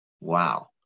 wow